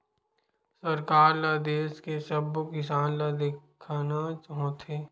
सरकार ल देस के सब्बो किसान ल देखना होथे